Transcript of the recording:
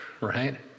right